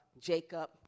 Jacob